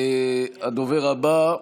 הדובר הבא,